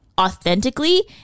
authentically